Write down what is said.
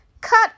cut